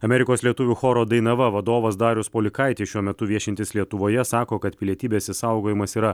amerikos lietuvių choro dainava vadovas darius polikaitis šiuo metu viešintis lietuvoje sako kad pilietybės išsaugojimas yra